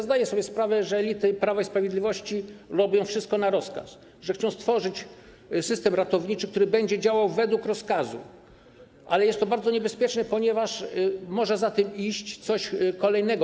Zdaję sobie sprawę, że elity Prawa i Sprawiedliwości robią wszystko na rozkaz, że chcą stworzyć system ratowniczy, który będzie działał według rozkazu, ale jest to bardzo niebezpieczne, ponieważ może za tym iść coś kolejnego.